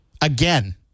Again